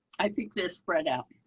i think this spread out.